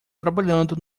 trabalhando